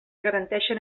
garanteixen